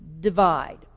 Divide